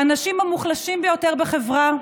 האנשים המוחלשים ביותר בחברה,